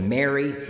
Mary